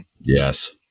Yes